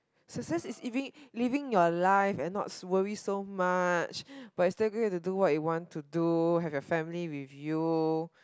success is living living your life and not so worry not worry so much but you still get to do what you want to do have your family with you